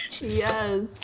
Yes